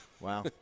Wow